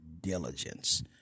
diligence